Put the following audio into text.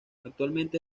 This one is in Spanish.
actualmente